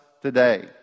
today